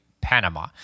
Panama